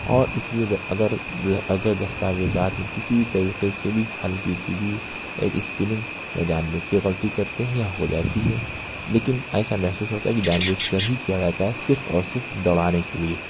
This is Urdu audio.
اور اس لیے اگر اگر دستاویزات میں کسی طریقے سے بھی ہلکی سی بھی اسپیلنگ یا جان بوجھ کے غلطی کرتے ہیں یا ہو جاتی ہے لیکن ایسا محسوس ہوتا ہے کہ جان بوجھ کر ہی کیا جاتا ہے صرف اور صرف دوڑانے کے لیے